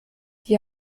die